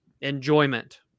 enjoyment